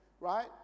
Right